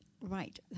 Right